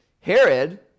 Herod